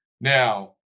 Now